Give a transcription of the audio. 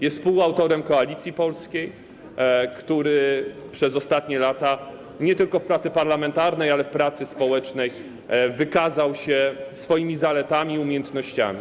Jest współautorem Koalicji Polskiej, który przez ostatnie lata nie tylko w pracy parlamentarnej, ale również w pracy społecznej wykazał się swoimi zaletami i umiejętnościami.